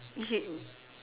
get